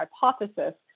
hypothesis